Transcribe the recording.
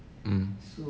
mm